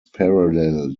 parallel